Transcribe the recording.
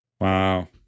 Wow